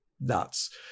nuts